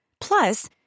Plus